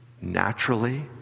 naturally